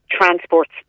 transports